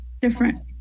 different